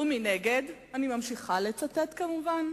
ומנגד" אני ממשיכה לצטט, כמובן,